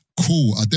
Cool